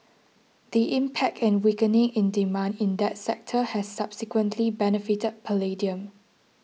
the impact and weakening in demand in that sector has subsequently benefited palladium